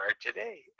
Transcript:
today